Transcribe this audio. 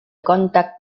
contact